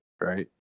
right